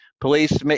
police